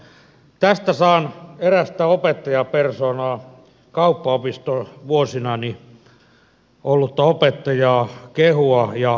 tästä saan erästä opettajapersoonaa kauppaopistovuosinani ollutta opettajaa kehua ja kiittää